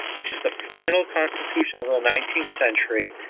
which is the final constitution of the nineteenth century,